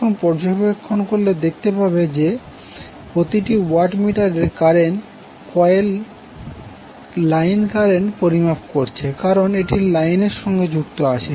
এখন পর্যবেক্ষণ করলে দেখতে পাবো যে প্রতিটি ওয়াট মিটারের কারেন্ট কয়েল লাইন কারেন্ট পরিমাপ করছে কারন এটি লাইনের সঙ্গে যুক্ত রয়েছে